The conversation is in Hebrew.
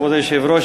כבוד היושב-ראש,